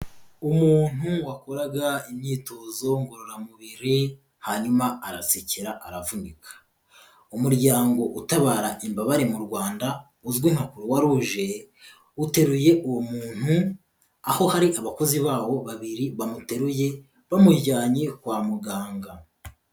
Umuntu wakoraga imyitozo ngororamubiri, hanyuma aratsikira aravunika. Umuryango utabara imbabare mu Rwanda uzwi nka Croix Rouge, uteruye uwo muntu, aho hari abakozi bawo babiri bamuteruye bamujyanye kwa muganga.